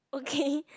okay